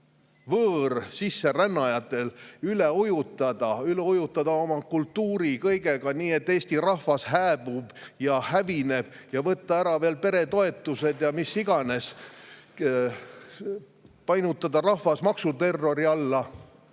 võõrsisserändajatest üle ujutada – oma kultuuriga üle ujutada kõigega, nii et eesti rahvas hääbub ja hävineb –, võtta ära veel peretoetused ja mis iganes, painutada rahvas maksuterrori alla,